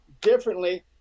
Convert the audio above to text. differently